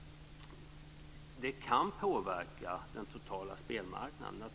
Det kan naturligtvis påverka den totala spelmarknaden.